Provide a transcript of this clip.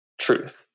truth